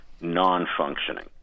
non-functioning